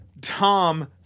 Tom